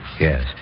Yes